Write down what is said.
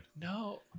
No